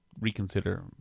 reconsider